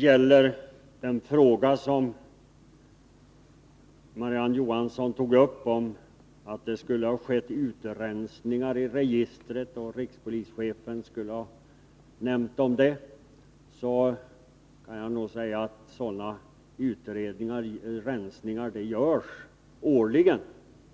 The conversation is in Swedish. Sedan tog Marie-Ann Johansson upp frågan om att det skulle ha skett utrensningar i registret och att rikspolischefen skulle ha nämnt om det. Jag kan då säga att sådana utrensningar görs årligen,